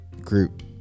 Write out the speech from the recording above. group